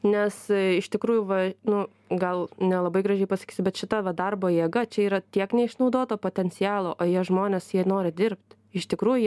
nes iš tikrųjų va nu gal nelabai gražiai pasakysiu bet šita va darbo jėga čia yra tiek neišnaudoto potencialo o jie žmonės jie nori dirbt iš tikrųjų jie